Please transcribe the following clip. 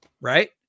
right